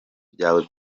byawe